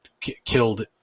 killed